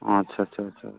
ও আচ্ছা আচ্ছা আচ্ছা